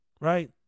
right